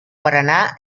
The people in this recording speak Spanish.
paraná